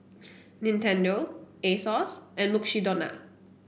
Nintendo Asos and Mukshidonna